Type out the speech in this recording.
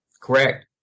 Correct